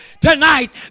tonight